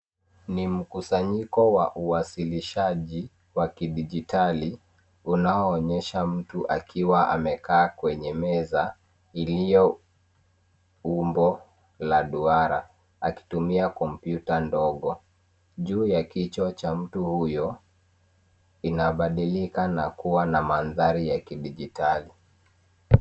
Ni mkusanyiko wa uwasilishaji wa kidijitali unaoonyesha mtu akiwa amekaa kwenye meza iliyoumbo la duara akitumia kompyuta ndogo. Juu ya kichwa cha mtu huyo inabadilika na kuwa na mandhari ya kidijitali.